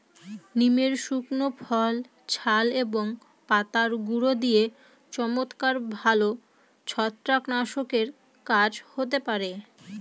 নিমের শুকনো ফল, ছাল এবং পাতার গুঁড়ো দিয়ে চমৎকার ভালো ছত্রাকনাশকের কাজ হতে পারে